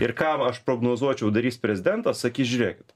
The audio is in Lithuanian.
ir ką va aš prognozuočiau darys prezidentas sakys žiūrėkit